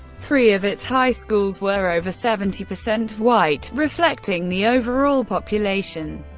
three of its high schools were over seventy percent white, reflecting the overall population,